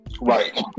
Right